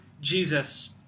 Jesus